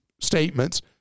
statements